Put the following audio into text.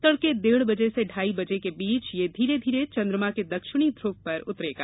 तड़के डेढ़ बजे से ढाई बजे के बीच यह धीरे धीरे चंद्रमा के दक्षिणी ध्रव पर उतरेगा